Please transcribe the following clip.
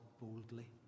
boldly